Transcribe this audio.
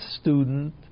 student